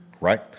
right